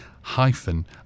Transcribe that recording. hyphen